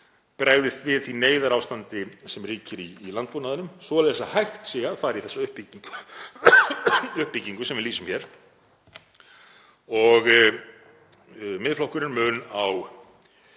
bregðist við því neyðarástandi sem ríkir í landbúnaðinum svoleiðis að hægt sé að fara í þessa uppbyggingu sem við lýsum hér. Miðflokkurinn mun á